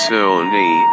Sony